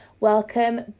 welcome